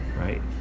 right